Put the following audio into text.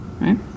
right